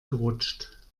gerutscht